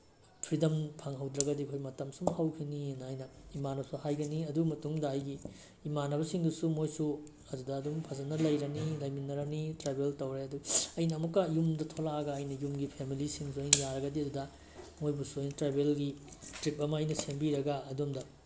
freedom ꯐꯪꯍꯧꯗ꯭ꯔꯒꯗꯤ ꯑꯩꯈꯣꯏ ꯃꯇꯝ ꯁꯨꯝ ꯍꯧꯈꯤꯅꯤꯅ ꯑꯩꯅ ꯏꯃꯥꯟꯅꯕꯁꯨ ꯍꯥꯏꯒꯅꯤ ꯑꯗꯨ ꯃꯇꯨꯡꯗ ꯑꯩꯒꯤ ꯏꯃꯥꯟꯅꯕꯁꯤꯡꯗꯨꯁꯨ ꯃꯣꯏꯁꯨ ꯑꯗꯨꯗ ꯑꯗꯨꯝ ꯐꯖꯅ ꯂꯩꯔꯅꯤ ꯂꯩꯃꯤꯟꯅꯔꯅꯤ ꯇ꯭ꯔꯥꯕꯦꯜ ꯇꯧꯔꯦ ꯑꯗꯨ ꯑꯩꯅ ꯑꯃꯨꯛꯀ ꯌꯨꯝꯗ ꯊꯣꯛꯂꯛꯑꯒ ꯑꯩꯅ ꯌꯨꯝꯒꯤ ꯐꯦꯃꯤꯂꯤꯁꯤꯡꯁꯨ ꯑꯩ ꯌꯥꯔꯒꯗꯤ ꯑꯗꯨꯗ ꯃꯣꯏꯕꯨꯁꯨ ꯑꯩꯅ ꯇ꯭ꯔꯥꯕꯦꯜꯒꯤ ꯇ꯭ꯔꯤꯞ ꯑꯃ ꯑꯩꯅ ꯁꯤꯟꯕꯤꯔꯒ ꯑꯗꯣꯝꯗ